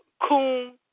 coon